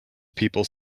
people